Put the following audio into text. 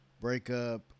breakup